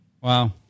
Wow